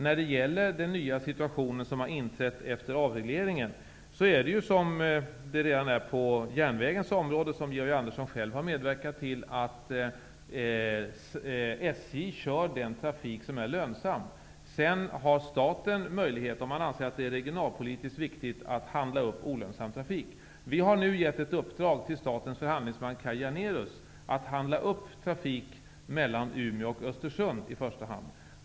När det gäller den nya situation som har inträtt efter avregleringen är det likadant som det redan har blivit för järnvägen, som Georg Andersson själv har medverkat till, nämligen att SJ kör den trafik som är lönsam. Sedan har staten möjlighet att, om det anses vara regionalpolitiskt viktigt, upphandla olönsam trafik. Vi har nu gett ett uppdrag till statens förhandlingsman Kaj Janérus att handla upp trafik mellan i första hand Umeå och Östersund.